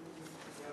ההצעה